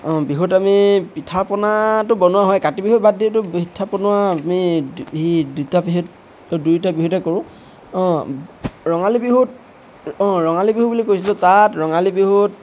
অঁ বিহুত আমি পিঠা পনাটো বনোৱা হয় কাতি বিহু বাদ দিতো পিঠা পনা বনোৱা আমি সি দুইটা বিহুত দুয়োটা বিহুতে কৰোঁ অঁ ৰঙালী বিহুত অঁ ৰঙালী বিহু বুলি কৈছিলোঁ তাত ৰঙালী বিহুত